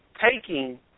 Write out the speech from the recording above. taking